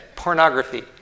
pornography